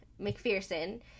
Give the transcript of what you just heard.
McPherson